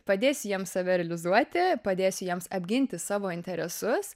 padėsiu jiems save realizuoti padėsiu jiems apginti savo interesus